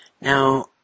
Now